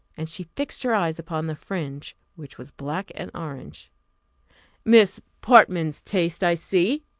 and she fixed her eyes upon the fringe, which was black and orange miss portman's taste, i see!